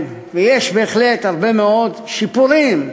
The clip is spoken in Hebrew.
יש בהחלט הרבה מאוד שיפורים,